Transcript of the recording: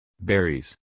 Berries